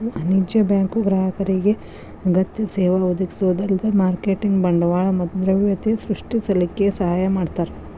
ವಾಣಿಜ್ಯ ಬ್ಯಾಂಕು ಗ್ರಾಹಕರಿಗೆ ಅಗತ್ಯ ಸೇವಾ ಒದಗಿಸೊದ ಅಲ್ದ ಮಾರ್ಕೆಟಿನ್ ಬಂಡವಾಳ ಮತ್ತ ದ್ರವ್ಯತೆ ಸೃಷ್ಟಿಸಲಿಕ್ಕೆ ಸಹಾಯ ಮಾಡ್ತಾರ